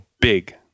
big